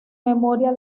memoria